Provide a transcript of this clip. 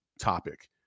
topic